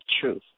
truth